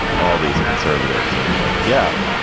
all these conservatives are like, yeah,